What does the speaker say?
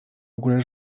ogóle